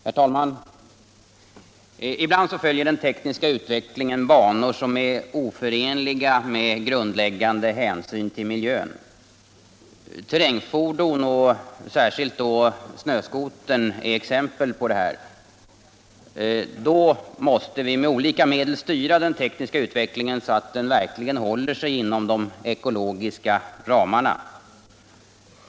Herr talman! Ibland följer den tekniska utvecklingen banor som är oförenliga med grundläggande hänsyn till miljön. Terrängfordon och särskilt snöskotern är exempel på detta. Då måste vi med olika medel styra den tekniska utvecklingen så att den verkligen håller sig inom de ekologiska ramarna.